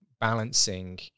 balancing